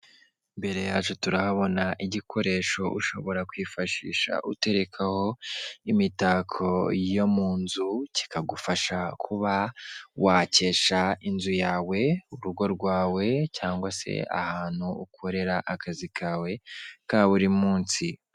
Imbere yacu turahabona igikoresho ushobora kwifashisha uterekaho imitako yo mu nzu kigagufasha kuba wakesha inzu yawe, urugo rwawe cyangwa ahantu ukorera akazi kawe ka buri munsi.